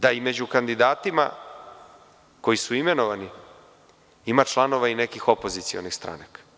Mislim da i među kandidatima koji su imenovani ima i članova nekih opozicionih stranaka.